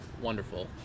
wonderful